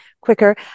quicker